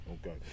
Okay